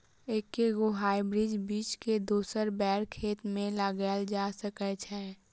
एके गो हाइब्रिड बीज केँ दोसर बेर खेत मे लगैल जा सकय छै?